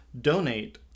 donate